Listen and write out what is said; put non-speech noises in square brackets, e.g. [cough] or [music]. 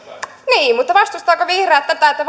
niin mutta vastustaako vihreät tätä [unintelligible]